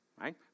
right